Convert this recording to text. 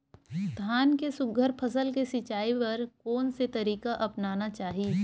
धान के सुघ्घर फसल के सिचाई बर कोन से तरीका अपनाना चाहि?